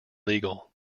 legal